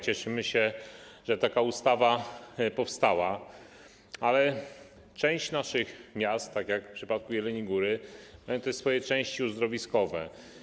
Cieszymy się, że taka ustawa powstała, ale część naszych miast, tak jak w przypadku Jeleniej Góry, ma te swoje części uzdrowiskowe.